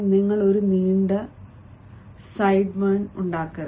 നിങ്ങൾക്ക് ഒരു നീണ്ട സൈഡ്ബേൺ ഉണ്ടാകരുത്